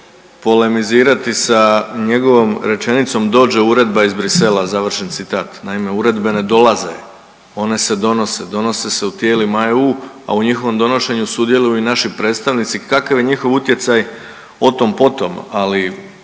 polemizirati sa njegovom rečenicom, dođe uredba iz Brisela, završen citat. Naime, uredbe ne dolaze, one se donose, donose se u tijelima EU, a u njihovom donošenju sudjeluju i naši predstavnici, kakav je njihov utjecaj o tom potom, ali